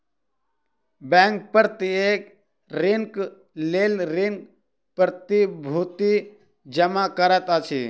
bank प्रत्येक ऋणक लेल ऋण प्रतिभूति जमा करैत अछि